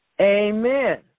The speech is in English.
Amen